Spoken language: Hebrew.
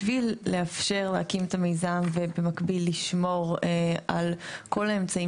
בשביל לאפשר להקים את המיזם ובמקביל לשמור על כל האמצעים